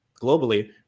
globally